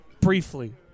Briefly